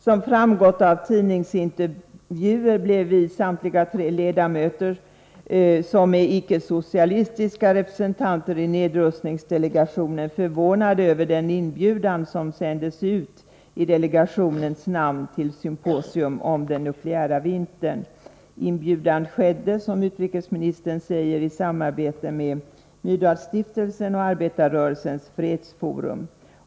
Som framgått av tidningsintervjuer blev samtliga tre icke-socialistiska ledamöter i nedrustningsdelegationen förvånade över den inbjudan som sändes ut i delegationens namn till ett symposium om den nukleära vintern. Inbjudan skedde, som utrikesministern säger, i samarbete med Myrdalsstiftelsen och Arbetarrörelsens fredsforum.